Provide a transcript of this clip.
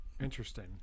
interesting